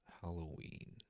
Halloween